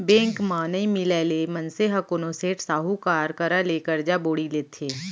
bank म नइ मिलय ले मनसे ह कोनो सेठ, साहूकार करा ले करजा बोड़ी लेथे